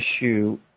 issue